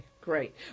great